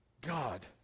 God